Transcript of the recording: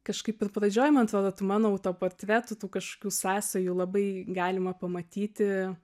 kažkaip ir pradžioj man atrodo tų mano autoportretų tų kažkokių sąsajų labai galima pamatyti